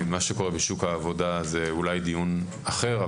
מה שקורה בשוק העבודה זה אולי דיון אחר,